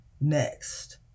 next